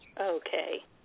Okay